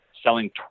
selling